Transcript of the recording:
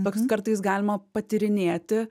toks kartais galima patyrinėti